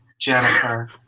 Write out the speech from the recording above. Jennifer